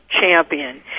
champion